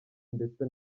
ndetse